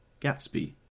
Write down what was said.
Gatsby